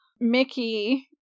Mickey